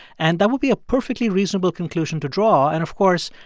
and that would be a perfectly reasonable conclusion to draw. and, of course,